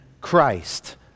Christ